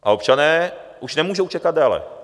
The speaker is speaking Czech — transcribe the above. A občané už nemůžou čekat déle.